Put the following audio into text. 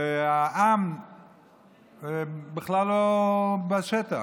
והעם בכלל לא בשטח.